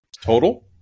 Total